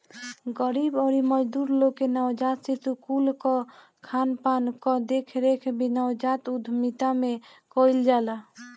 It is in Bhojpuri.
गरीब अउरी मजदूर लोग के नवजात शिशु कुल कअ खानपान कअ देखरेख भी नवजात उद्यमिता में कईल जाला